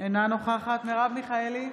אינה נוכחת מרב מיכאלי,